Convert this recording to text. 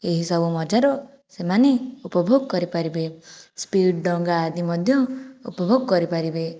ଏହି ସବୁ ମଜାର ସେମାନେ ଉପଭୋଗ କରିପାରିବେ ସ୍ପିଡ଼ ଡଙ୍ଗା ଆଦି ମଧ୍ୟ ଉପଭୋଗ କରିପାରିବେ